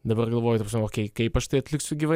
dabar galvoju ta prasme kaip aš tai atliksiu gyvai